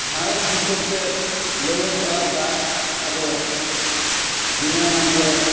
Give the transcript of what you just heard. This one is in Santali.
ᱥᱟᱬᱮᱥ ᱦᱤᱥᱟᱹᱵᱽ ᱛᱮ ᱞᱟᱹᱭᱟᱹᱜᱚᱜᱼᱟ ᱫᱟᱜ ᱟᱵᱚ ᱫᱤᱱᱟᱹᱢᱟᱱ ᱨᱮ